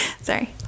Sorry